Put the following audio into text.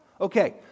Okay